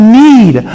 need